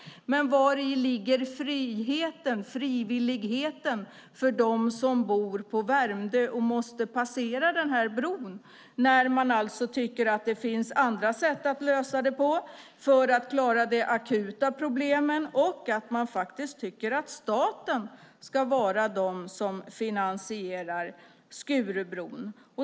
Men vari ligger friheten och frivilligheten för dem som bor på Värmdö och måste passera denna bro? Man tycker alltså att det finns andra sätt att lösa det på för att klara de akuta problemen, och man tycker faktiskt att staten ska vara de som finansierar Skurubron.